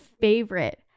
favorite